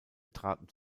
traten